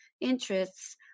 interests